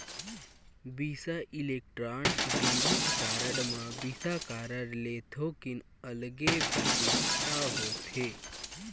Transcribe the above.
बिसा Electron debit card म Visa card ले थोकिन अलगे बिसेसता होथे